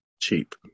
cheap